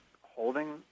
holding